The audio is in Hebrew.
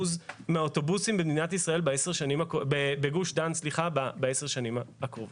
מהאוטובוסים בגוש דן בעשר השנים הקרובות.